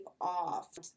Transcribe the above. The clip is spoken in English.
off